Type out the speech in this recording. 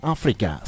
Africa